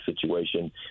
situation